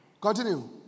Continue